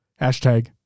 Hashtag